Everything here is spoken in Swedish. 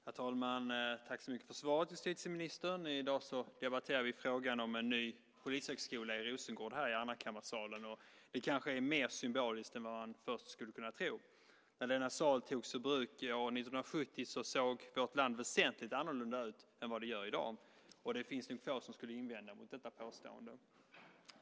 Herr talman! Tack så mycket för svaret, justitieministern! I dag debatterar vi, här i andrakammarsalen, frågan om en ny polishögskola i Rosengård. Det är kanske mer symboliskt än vad man först skulle kunna tro. När denna sal togs ur bruk år 1970 såg vårt land väsentligt annorlunda ut än vad det gör i dag. Det finns nog få som skulle invända mot detta påstående.